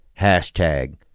hashtag